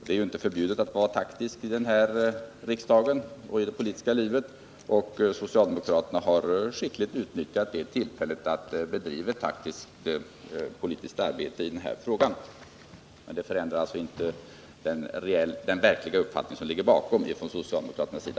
Det är inte förbjudet att vara taktisk i denna riksdag och i det politiska livet, och socialdemokraterna har skickligt utnyttjat tillfället att bedriva ett taktiskt politiskt arbete i denna fråga. Det förändrar dock inte den verkliga uppfattning som ligger bakom från socialdemokraternas sida.